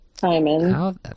Simon